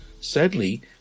Sadly